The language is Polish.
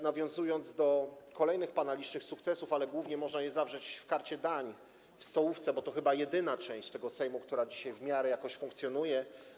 Nawiązując do pana kolejnych, licznych sukcesów, choć głównie można je zawrzeć w karcie dań w stołówce, bo to chyba jedyna część Sejmu, która dzisiaj w miarę jakoś funkcjonuje.